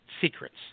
secrets